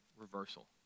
reversal